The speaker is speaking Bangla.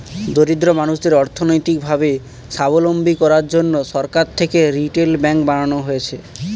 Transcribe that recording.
দরিদ্র মানুষদের অর্থনৈতিক ভাবে সাবলম্বী করার জন্যে সরকার থেকে রিটেল ব্যাঙ্ক বানানো হয়েছে